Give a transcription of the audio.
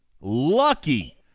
lucky